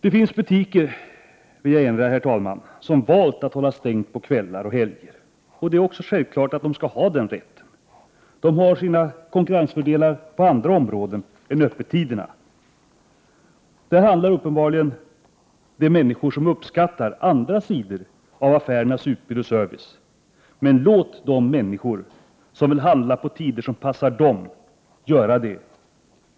Det finns butiker — det vill jag, herr talman, erinra om — som valt att hålla stängt på kvällar och helger. Det är självklart att de skall ha den rätten. De har sina konkurrensfördelar på andra områden än i fråga om öppettiderna. Där handlar uppenbarligen de människor som uppskattar andra sidor av affärernas utbud och service. Låt de människor som vill handla på tider som passar dem göra det!